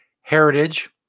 heritage